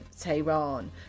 Tehran